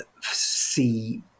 see